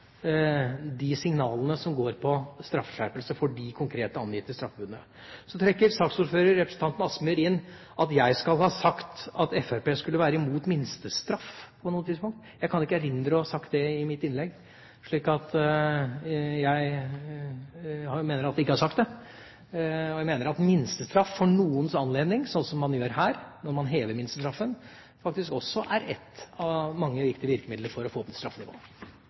de signalene som går på straffeskjerpelse for de konkret angitte straffebudene. Så trekker saksordføreren, representanten Kielland Asmyhr, inn at jeg på noe tidspunkt skal ha sagt at Fremskrittspartiet skulle være imot minstestraff. Jeg kan ikke erindre å ha sagt det i mitt innlegg. Jeg mener at jeg ikke har sagt det. Jeg mener at minstestraff ved noen anledninger, slik som her når man hever minstestraffen, faktisk også er ett av mange viktige virkemidler for å få opp straffenivået.